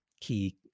key